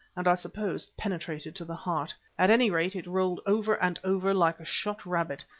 and i suppose penetrated to the heart. at any rate, it rolled over and over like a shot rabbit,